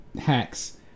hacks